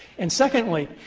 and secondly,